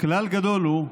"כלל גדול הוא",